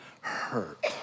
hurt